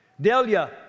Delia